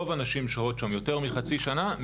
רוב הנשים שוהות שם יותר מחצי שנה.